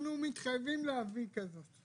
אנחנו מתחייבים להביא כזאת.